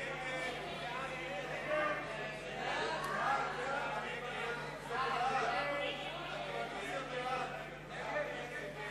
ההצעה להעביר את הצעת חוק הממשלה (תיקון,